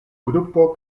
grupo